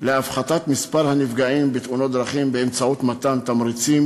להפחתת מספר הנפגעים בתאונות דרכים באמצעות מתן תמריצים